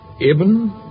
Ibn